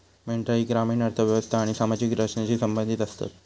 मेंढरा ही ग्रामीण अर्थ व्यवस्था आणि सामाजिक रचनेशी संबंधित आसतत